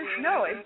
no